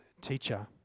teacher